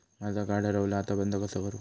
माझा कार्ड हरवला आता बंद कसा करू?